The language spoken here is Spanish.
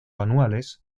anuales